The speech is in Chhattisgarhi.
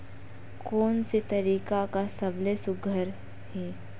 कोन से तरीका का सबले सुघ्घर हे?